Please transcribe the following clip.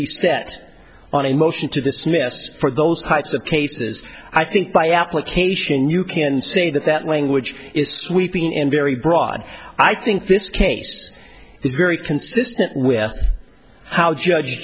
be set on a motion to dismiss for those types of cases i think by application you can say that that language is sweeping in very broad i think this case is very consistent with how judge